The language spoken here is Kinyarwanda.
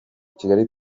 kigali